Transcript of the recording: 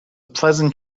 pleasant